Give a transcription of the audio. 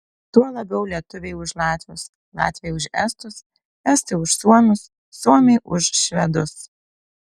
tuo labiau lietuviai už latvius latviai už estus estai už suomius suomiai už švedus